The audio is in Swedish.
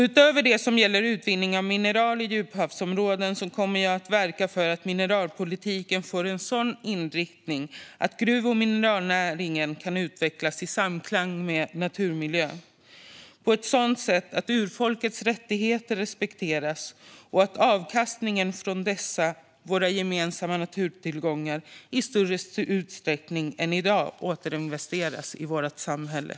Utöver det som gäller utvinning av mineral i djuphavsområden kommer jag att verka för att mineralpolitiken får en sådan inriktning att gruv och mineralnäringen kan utvecklas i samklang med naturmiljön på ett sådant sätt att urfolkets rättigheter respekteras och att avkastningen från dessa våra gemensamma naturtillgångar i större utsträckning än i dag återinvesteras i samhället.